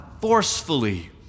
forcefully